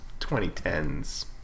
2010s